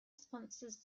sponsors